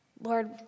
Lord